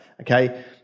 okay